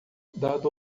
dado